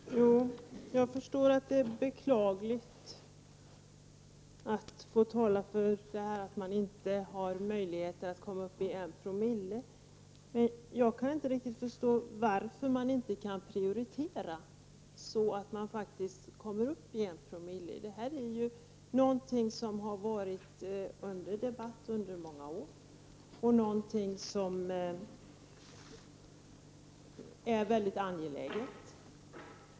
Herr talman! Jag förstår att det är beklagligt att säga att det inte är möjligt att komma upp till 1960. Men jag kan inte riktigt förstå varför man inte kan prioritera så att man faktiskt kommer upp i 1Zo. Det är ju något som har varit uppe till debatt under många år och som är angeläget.